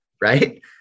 Right